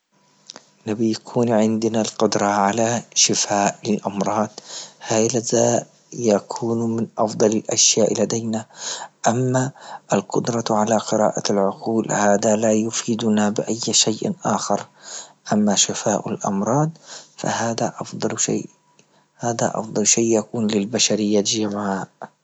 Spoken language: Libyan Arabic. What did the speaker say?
نبي يكون عندنا القدرة على شفاء الأمراض هزا يكون من أفضل الأشياء لدينا، أما القدرة على قراءة العقول هذا لا يفردنا بأي شيء أخر، أما شفاء الأمراض فهذا أفضل شيء. هذا أفضل شيء يكون للبشرية جمعاء.